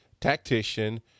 tactician